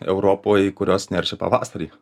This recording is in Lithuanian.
europoj kurios neršia pavasarį